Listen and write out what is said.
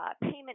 payment